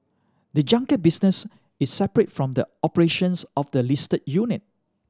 the junket business is separate from the operations of the listed unit